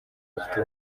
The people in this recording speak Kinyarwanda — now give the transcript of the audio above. bafite